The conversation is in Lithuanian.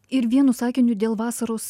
ir vienu sakiniu dėl vasaros